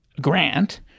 grant